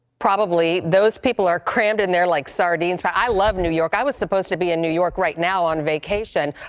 probably. those people are crammed in there like sardines. but i love new york. i was supposed to be in new york now on vacation,